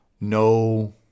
no